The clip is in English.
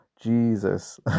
Jesus